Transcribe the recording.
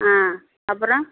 ஆ அப்புறம்